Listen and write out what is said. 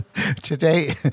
Today